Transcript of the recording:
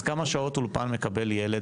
אז כמה שעות אולפן דה פקטו מקבל ילד